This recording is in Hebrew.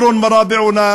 (אומר בערבית ומתרגם:)